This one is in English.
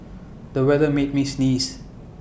the weather made me sneeze